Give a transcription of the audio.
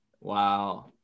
Wow